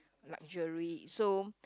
luxury so